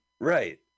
Right